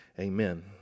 Amen